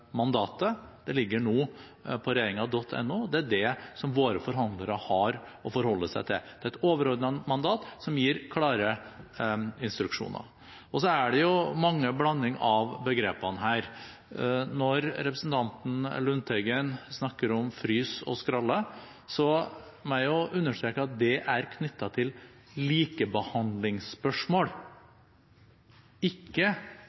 mandatet – det ligger nå på regjeringen.no. Det er det som våre forhandlere har å forholde seg til. Det er et overordnet mandat, som gir klare instruksjoner. Så er det mye blanding av begrepene her. Når representanten Lundteigen snakker om «frys» og «skralle», må jeg understreke at det er knyttet til likebehandlingsspørsmål, ikke liberaliseringsspørsmål. Det vil si at vi vil kunne komme i en situasjon hvor vi ikke